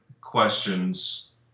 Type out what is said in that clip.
questions